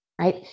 right